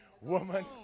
Woman